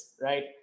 right